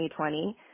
2020